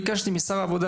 ביקשתי ממשרד העבודה,